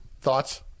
Thoughts